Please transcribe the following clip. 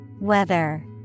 Weather